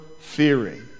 fearing